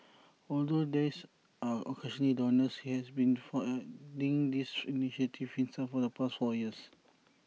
although there's are occasional donors he has been funding these initiatives himself for the past four years